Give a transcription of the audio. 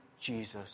Jesus